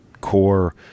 core